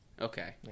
Okay